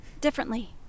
differently